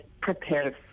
prepared